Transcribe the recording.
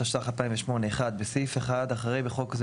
התשס"ח 2008 בסעיף 1 אחרי "בחוק זה"